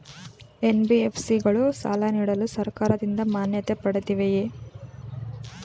NBFC ಗಳು ಸಾಲ ನೀಡಲು ಸರ್ಕಾರದಿಂದ ಮಾನ್ಯತೆ ಪಡೆದಿವೆಯೇ?